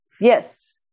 yes